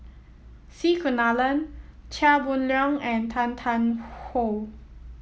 C Kunalan Chia Boon Leong and Tan Tarn How